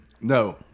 No